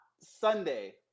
Sunday